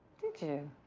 did you?